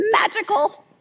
magical